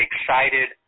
excited